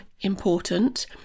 important